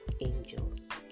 angels